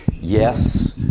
yes